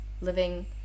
living